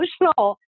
emotional